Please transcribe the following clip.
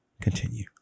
Continue